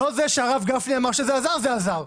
-- לא זה שהרב גפני אמר שזה עזר אז זה עזר.